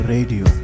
Radio